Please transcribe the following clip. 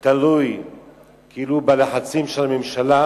תלוי בלחצים של הממשלה,